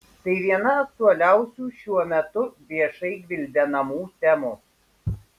tai viena aktualiausių šiuo metu viešai gvildenamų temų